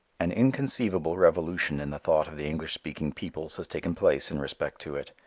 an inconceivable revolution in the thought of the english speaking peoples has taken place in respect to it.